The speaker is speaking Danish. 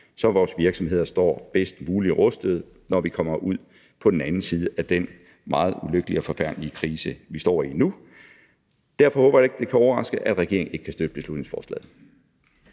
så vores virksomheder står bedst muligt rustet, når vi kommer ud på den anden side af den meget ulykkelige og forfærdelige krise, vi står i nu. Derfor håber jeg ikke, at det kan overraske, at regeringen ikke kan støtte beslutningsforslaget.